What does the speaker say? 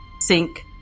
Sink